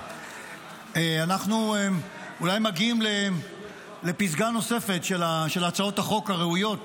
אנחנו אולי מגיעים לפסגה נוספת של הצעות החוק הראויות